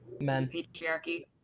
patriarchy